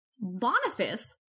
Boniface